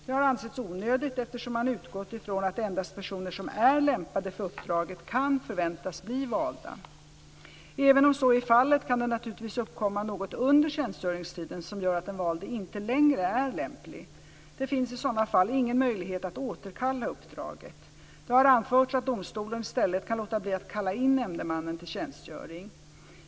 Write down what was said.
Det har ansetts onödigt, eftersom man har utgått från att endast personer som är lämpade för uppdraget kan förväntas bli valda. Även om så är fallet, kan det naturligtvis uppkomma något under tjänstgöringstiden som gör att den valde inte längre är lämplig. Det finns i sådana fall ingen möjlighet att återkalla uppdraget. Det har anförts att domstolen i stället kan låta bli att kalla in nämndemannen till tjänstgöring.